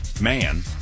man